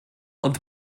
ond